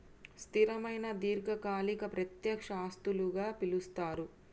స్థిరమైన దీర్ఘకాలిక ప్రత్యక్ష ఆస్తులుగా పిలుస్తరు